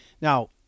Now